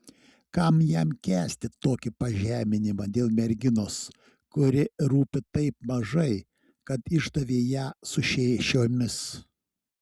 kam jam kęsti tokį pažeminimą dėl merginos kuri rūpi taip mažai kad išdavė ją su šešiomis